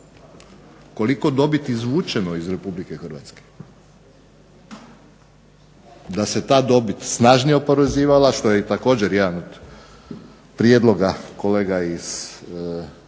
Koliko dobiti izvučeno iz RH da se ta dobit snažnije oporezivala što je također jedan prijedloga kolega iz SDP-a